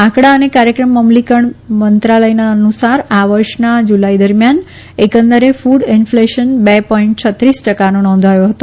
આંકડા અને કાર્યક્રમ અમલીકરણ મંત્રાલયના અનુસાર આ વર્ષના જુલાઈ દરમિયાન એકંદરે ફડ ઈન્ફલેશન બે પોઈન્ટ છત્રીસ ટકાનો નોંધાયો હતો